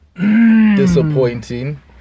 disappointing